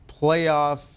playoff